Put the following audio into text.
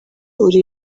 uri